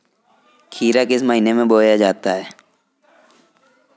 खीरा किस महीने में बोया जाता है?